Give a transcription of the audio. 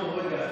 רגע,